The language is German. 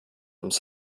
ums